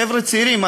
חבר'ה צעירים,